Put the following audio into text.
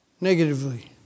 negatively